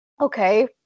okay